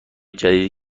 جدیدی